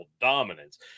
dominance